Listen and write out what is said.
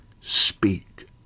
speak